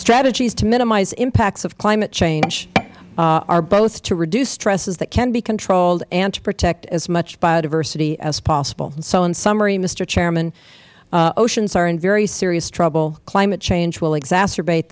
strategies to minimize impacts of climate change are both to reduce stresses that can be controlled and to protect as much biodiversity as possible so in summary mister chairman oceans are in very serious trouble climate change will exacerbate